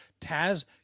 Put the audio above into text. Taz